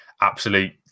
absolute